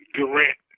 Durant